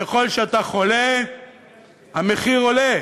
ככל שאתה חולה המחיר עולה.